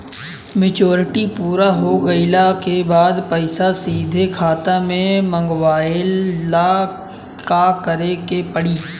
Maturity पूरा हो गइला के बाद पईसा सीधे खाता में मँगवाए ला का करे के पड़ी?